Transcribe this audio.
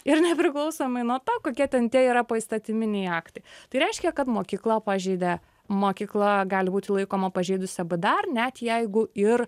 ir nepriklausomai nuo to kokie ten tie yra poįstatyminiai aktai tai reiškia kad mokykla pažeidė mokykla gali būti laikoma pažeidusiam dar net jeigu ir